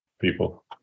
people